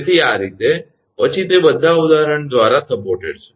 તેથી આ રીતે પછી તે બધા ઉદાહરણો દ્વારા બધા સપોર્ટેડ છે